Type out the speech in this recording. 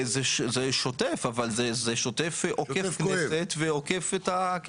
זה שוטף, אבל זה שוטף עוקף את ה- -- עוקף כואב.